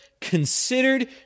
considered